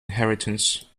inheritance